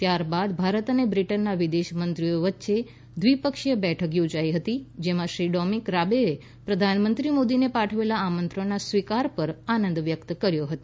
ત્યારબાદ ભારત અને બ્રિટનના વિદેશ મંત્રીઓ વચ્ચે દ્વિપક્ષીય બેઠક યોજાઈ હતી જેમાં શ્રી ડોમીક રાબેએ પ્રધાનમંત્રી મોદીને પાઠવેલા આમંત્રણના સ્વીકાર પર આનંદ વ્યક્ત કર્યો હતો